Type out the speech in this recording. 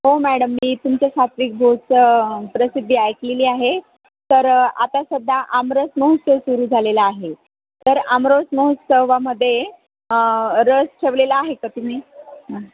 हो मॅडम मी तुमच्या सात्विक भोजची प्रसिद्धी ऐकलेली आहे तर आता सध्या आमरस महोत्सव सुरू झालेला आहे तर आमरस महोत्सवामध्ये रस ठेवलेला आहे का तुम्ही